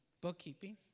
Bookkeeping